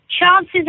Chances